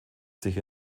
sich